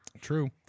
true